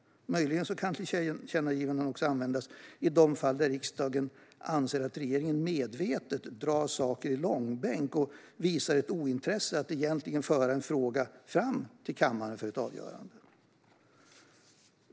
Möjligen kan tillkännagivanden också användas i de fall då riksdagen anser att regeringen medvetet drar frågor i långbänk och visar ett ointresse för att egentligen föra en fråga till ett avgörande i kammaren.